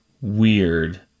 weird